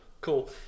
Cool